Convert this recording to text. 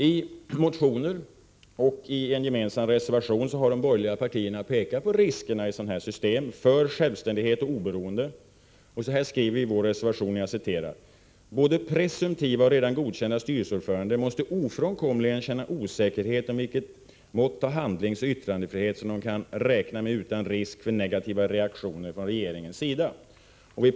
I motioner och i en gemensam reservation har de borgerliga partierna pekat på riskerna i ett sådant här system för självständighet och oberoende. Så här skriver vi i vår reservation: ”Både presumtiva och redan godkända styrelseordförande måste ofrånkomligen känna osäkerhet om vilket mått av handlingsoch yttrandefrihet de kan räkna med utan risk för negativa reaktioner från regeringens sida.